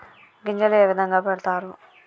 గింజలు ఏ విధంగా పెడతారు?